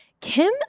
Kim